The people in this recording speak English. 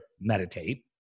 meditate